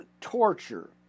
torture